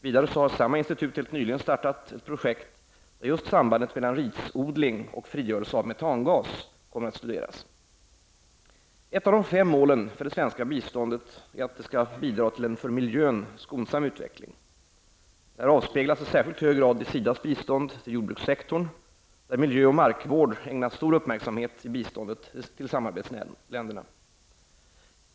Vidare har samma institut helt nyligen startat ett projekt där just sambandet mellan risodling och frigörelse av metangas kommer att studeras. Ett av de fem målen för det svenska biståndet är att biståndet skall bidra till en för miljön skonsam utveckling. Detta avspeglas i särskilt hög grad i SIDAs bistånd till jordbrukssektorn, där miljö och markvård ägnas stor uppmärksamhet i biståndet till samarbetsländerna.